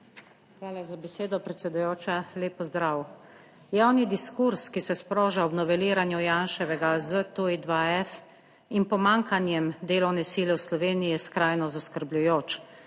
Hvala za besedo, predsedujoča. Lep pozdrav! Javni diskurz, ki se sproža ob noveliranju Janševega ZTuj-2F in pomanjkanjem delovne sile v Sloveniji, je skrajno zaskrbljujoč.